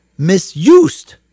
misused